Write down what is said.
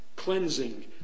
cleansing